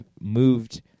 moved